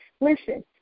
Listen